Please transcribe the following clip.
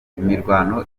imirwano